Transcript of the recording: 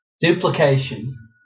duplication